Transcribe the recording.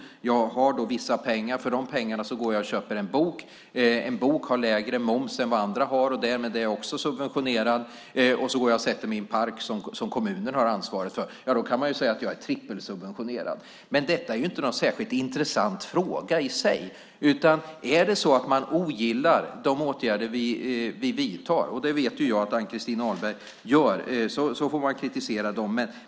Jag har då vissa pengar, och för dem köper jag en bok. En bok har lägre moms än andra varor, och därmed är jag också subventionerad. När jag sedan går och sätter mig i en park som kommunen har ansvaret för kan man säga att jag är trippelsubventionerad. Detta är inte någon särskilt intressant fråga i sig. Om man ogillar de åtgärder vi vidtar - och det vet jag att Ann-Christin Ahlberg gör - får man kritisera dem.